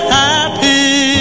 happy